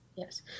Yes